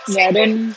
ya don't